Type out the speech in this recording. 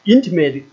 Intimate